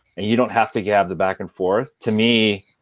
and you don't have to yeah have the back and forth, to me,